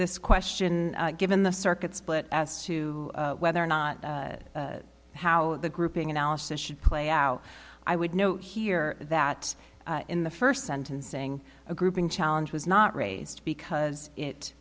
this question given the circuit split as to whether or not how the grouping analysis should play out i would note here that in the first sentencing a grouping challenge was not raised because it